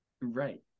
Right